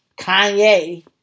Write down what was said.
Kanye